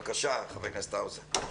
בבקשה, חבר הכנסת האוזר.